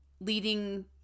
leading